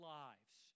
lives